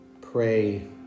pray